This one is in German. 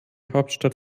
hauptstadt